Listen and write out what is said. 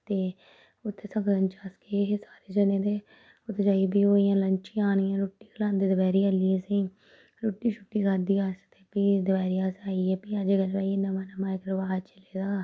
ते उत्थें सगन च अस गे हे सारे जने ते उत्थें जाइयै फ्ही ओह् इयां लंच जां रुट्टी खलांदे दपैह्री आह्ली असेंगी रुट्टी शुट्टी खाद्धी अस ते फ्ही दपैह्री अस आई गे फ्ही अज्जकल नमां नमां रवाज़ चले दा